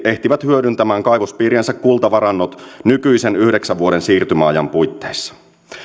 ehtivät hyödyntämään kaivospiiriensä kultavarannot nykyisen yhdeksän vuoden siirtymäajan puitteissa